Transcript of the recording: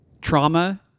trauma